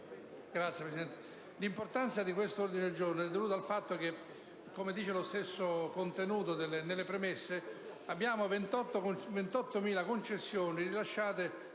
L'importanza di questo ordine del giorno è dovuta al fatto che, come si dice nelle stesse premesse, abbiamo 28.000 concessioni rilasciate